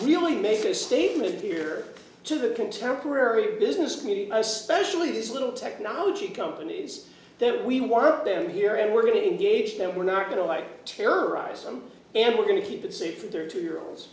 really make a statement here to the contemporary business community especially this little technology company there we want them here and we're going to engage them we're not going to like terrorize them and we're going to keep that seat for their two year olds